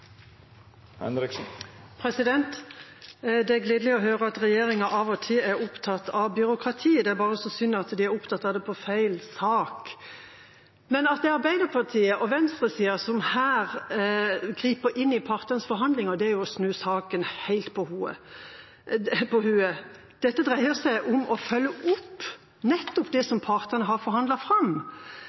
replikkordskifte. Det er gledelig å høre at regjeringa av og til er opptatt av byråkrati – det er bare så synd at de er opptatt av det i feil sak. At det er Arbeiderpartiet og venstresida som her griper inn i partenes forhandlinger, er å snu saken helt på hodet. Dette dreier seg om å følge opp nettopp det som partene har forhandlet fram.